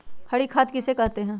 हरी खाद किसे कहते हैं?